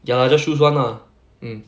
ya lah just choose one lah mm